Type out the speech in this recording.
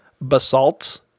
basalt